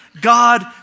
God